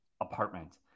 apartment